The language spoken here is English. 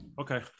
Okay